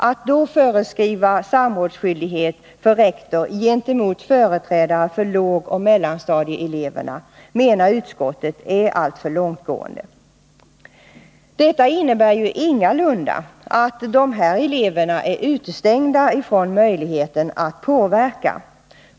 Att då föreskriva samrådsskyldighet för rektor gentemot företrädare för lågoch mellanstadieelever menar utskottet är alltför långtgående. Detta innebär ingalunda att de här eleverna är utestängda från möjlighet att påverka.